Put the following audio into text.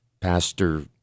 Pastor